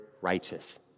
righteous